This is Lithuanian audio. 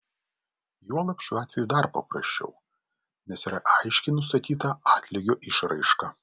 juolab šiuo atveju dar paprasčiau nes yra aiškiai nustatyta atlygio išraiška